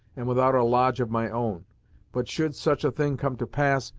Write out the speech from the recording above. and without a lodge of my own but should such a thing come to pass,